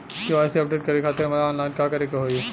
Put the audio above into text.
KYC update करे खातिर हमरा ऑनलाइन का करे के होई?